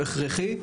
הוא הכרחי,